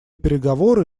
переговоры